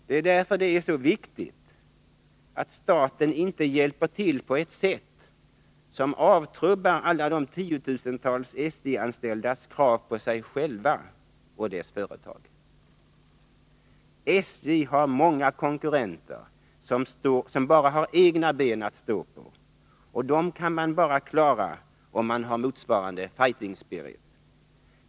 Det är därför det är så viktigt att staten inte hjälper till på ett sätt som avtrubbar alla de tiotusentals SJ-anställdas krav på sig själva och företaget. SJ har många konkurrenter som bara har egna ben att stå på, och dem kan man bara klara om man har motsvarande fighting spirit.